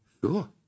Sure